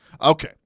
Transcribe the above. Okay